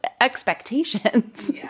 expectations